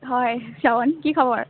হয় প্লাৱন কি খবৰ